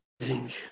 amazing